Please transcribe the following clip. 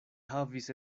havis